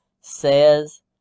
says